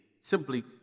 Simply